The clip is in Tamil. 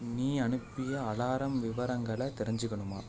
நீ அனுப்பிய அலாரம் விவரங்களை தெரிஞ்சுக்கணுமா